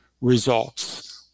results